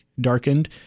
darkened